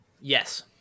Yes